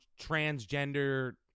transgender